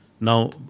Now